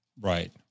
Right